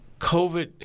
COVID